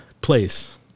place